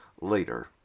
later